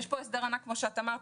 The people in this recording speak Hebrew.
כפי שאמרת,